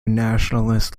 nationalist